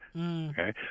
Okay